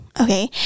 okay